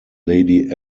lady